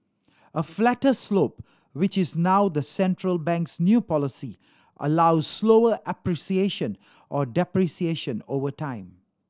a flatter slope which is now the central bank's new policy allows slower or depreciation over time